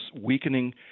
weakening